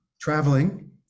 traveling